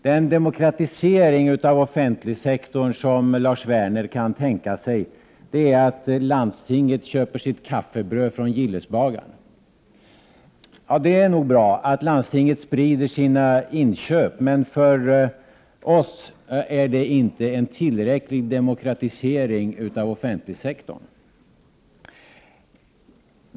Den demokratisering inom den offentliga sektorn som Lars Werner kan tänka sig innebär att landstingen köper sitt kaffebröd från Gillebagaren. Det är nog bra att landstingen sprider sina inköp, men för oss är det inte en tillräcklig demokratisering av den offentliga sektorn.